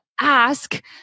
ask